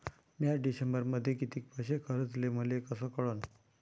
म्या डिसेंबरमध्ये कितीक पैसे खर्चले मले कस कळन?